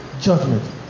judgment